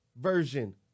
version